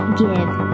give